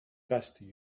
trusted